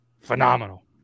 Phenomenal